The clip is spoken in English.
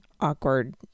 awkward